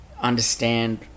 understand